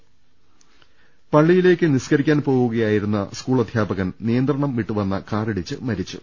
് പള്ളിയിലേക്ക് നിസ്കരിക്കാൻ പോവുകയായിരുന്ന സ്കൂൾ അധ്യാ പകൻ നിയന്ത്രണം വിട്ടുവന്ന കാറിടിച്ച് മരിച്ചു